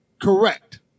Correct